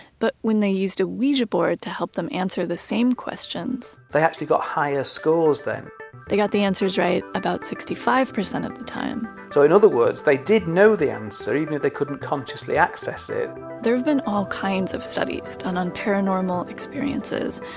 but when they used a ouija board to help them answer the same questions, they actually got higher scores then they got the answers right about sixty five percent of the time so in other words, they did know the answer even if they couldn't consciously access it there've been all kinds of studies done on paranormal experiences,